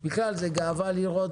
זו גאווה לראות